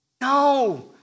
No